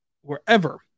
wherever